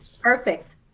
perfect